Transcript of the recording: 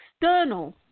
external